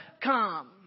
come